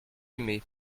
aimé